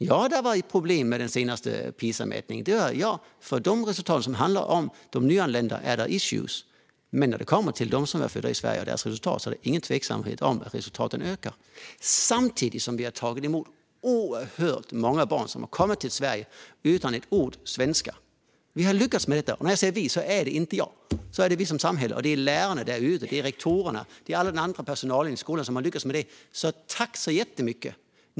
Ja, det var problem med den senaste Pisamätningen. När det gäller de resultat som handlar om de nyanlända finns det issues. Men när det kommer till dem som är födda i Sverige och deras resultat är det ingen tvekan om att resultaten ökar, samtidigt som vi har tagit emot oerhört många barn som har kommit till Sverige utan ett ord svenska. Vi har lyckats med detta, och när jag säger "vi" är det inte jag utan vi som samhälle. Det är lärarna där ute, rektorerna och all annan personal i skolan som har lyckats med det. Så tack så mycket!